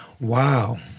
wow